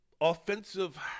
offensive